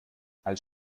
als